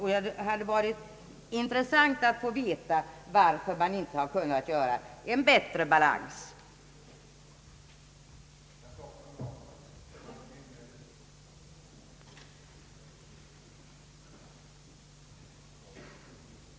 Det hade varit intressant att få veta, varför man inte kunnat skapa en bättre balans inom de estetisk-praktiska ämnena.